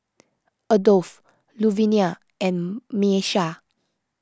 Adolf Luvenia and Miesha